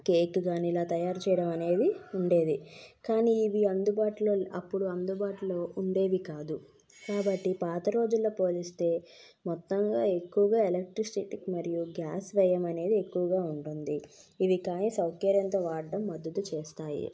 cake కానీ ఇలా తయారుచేయడం అనేది ఉండేది కానీ ఇవి అందుబాటులో అప్పుడు అందుబాటులో ఉండేవి కాదు కాబట్టి పాతరోజుల్లో పోలిస్తే మొత్తంగా ఎక్కువగా ఎలక్ట్రిసిటీ మరియు గ్యాస్ వ్యయం అనేది ఎక్కువగా ఉంటుంది ఇవి కానీ సౌకర్యంతో వాడ్డం మద్దతు చేస్తాయి